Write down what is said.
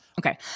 okay